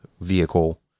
vehicle